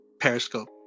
periscope